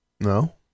No